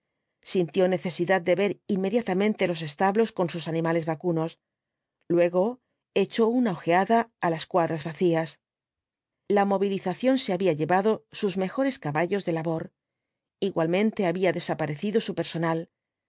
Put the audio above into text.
sintió necesidad de ver inmediatamente los establos con sus animales vacunos luego echó una ojeada á las cuadras vacías la movilización se había llevado sus mejores caballos de labor igualmente había desaparecido su personal